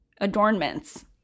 adornments